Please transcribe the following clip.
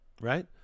right